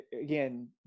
again